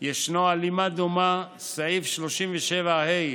יש הלימה דומה, סעיף 37ה,